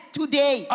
today